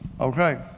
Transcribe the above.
okay